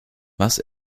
was